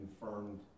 confirmed